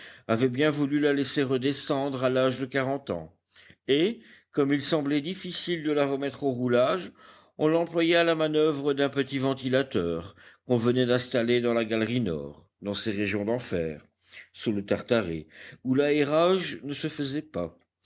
avait bien voulu la laisser redescendre à l'âge de quarante ans et comme il semblait difficile de la remettre au roulage on l'employait à la manoeuvre d'un petit ventilateur qu'on venait d'installer dans la galerie nord dans ces régions d'enfer sous le tartaret où l'aérage ne se faisait pas